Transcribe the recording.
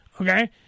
Okay